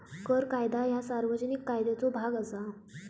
कर कायदा ह्या सार्वजनिक कायद्याचो भाग असा